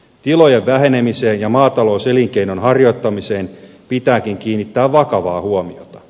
tilojen vähenemiseen ja maatalouselinkeinon harjoittamiseen pitääkin kiinnittää vakavaa huomiota